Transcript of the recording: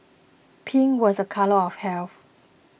pink was a colour of health